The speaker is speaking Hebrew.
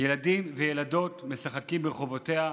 ילדים וילדות משחקים ברחֹבֹתיה".